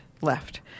left